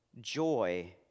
joy